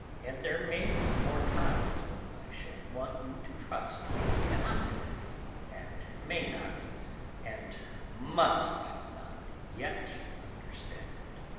and there may be more times when i shall want you to trust when you cannot and may not and must not yet understand.